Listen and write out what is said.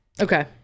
Okay